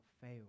fail